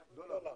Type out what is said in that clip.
דולר,